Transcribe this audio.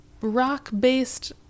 rock-based